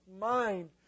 mind